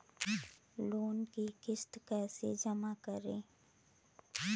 Loan की किश्त कैसे जमा करें?